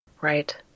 Right